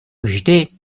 vždy